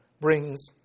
brings